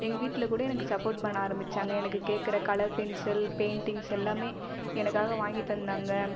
எங்கள் வீட்டில் கூட எனக்கு சப்போர்ட் பண்ண ஆரமிச்சாங்க எனக்கு கேட்குற கலர் பென்சில் பெயிண்டிங்ஸ் எல்லாமே எனக்காக வாங்கி தந்தாங்க